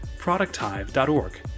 ProductHive.org